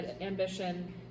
ambition